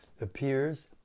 appears